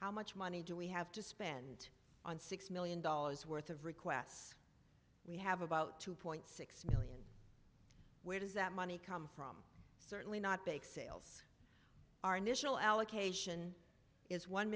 how much money do we have to spend on six million dollars worth of requests we have about two point six million where does that money come from certainly not bake sales our initial allocation is one